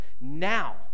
now